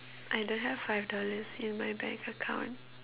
I don't have five dollars in my bank account